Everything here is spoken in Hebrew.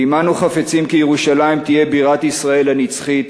ואם אנו חפצים כי ירושלים תהיה בירת ישראל הנצחית,